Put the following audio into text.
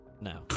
No